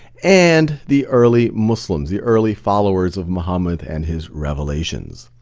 and the early muslims, the early followers of muhammed and his revelations.